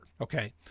Okay